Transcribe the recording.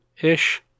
ish